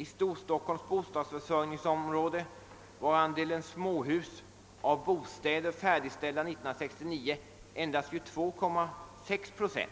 I Storstockholms bostadsförsörjningsområde var andelen småhus av bostäder färdigställda 1969 endast 22,6 procent.